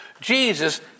Jesus